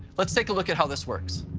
let's take a look at how this works.